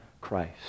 Christ